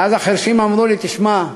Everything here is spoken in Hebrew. ואז החירשים אמרו לי: תשמע,